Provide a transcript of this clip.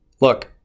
look